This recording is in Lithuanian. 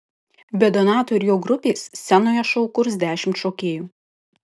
be donato ir jo grupės scenoje šou kurs dešimt šokėjų